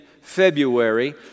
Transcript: February